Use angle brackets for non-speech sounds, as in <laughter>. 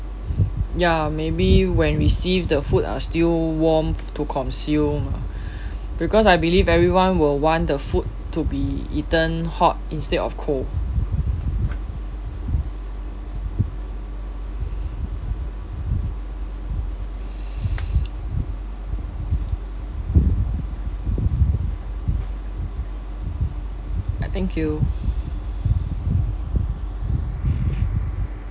ya maybe when receive the food are still warm to consume ah because I believe everyone will want the food to be eaten hot instead of cold <breath> uh thank you